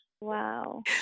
Wow